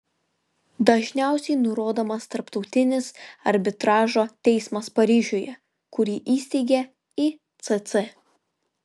dažniausiai nurodomas tarptautinis arbitražo teismas paryžiuje kurį įsteigė icc